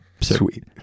Sweet